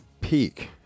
Peak